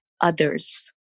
others